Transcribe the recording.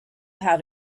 how